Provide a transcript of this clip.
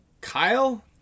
Kyle